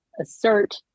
assert